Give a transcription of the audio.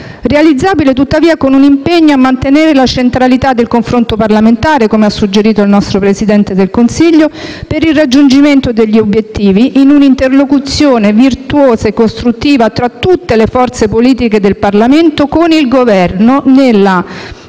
realizzabile tuttavia con un impegno a mantenere la centralità del confronto parlamentare, come ha suggerito il nostro Presidente del Consiglio, per il raggiungimento degli obiettivi, in un'interlocuzione virtuosa e costruttiva tra tutte le forze politiche del Parlamento con il Governo, nel